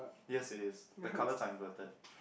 yes it is the colors are inverted